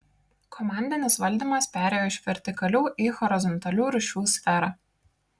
komandinis valdymas perėjo iš vertikalių į horizontalių ryšių sferą